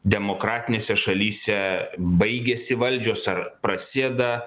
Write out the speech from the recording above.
demokratinėse šalyse baigiasi valdžios ar prasideda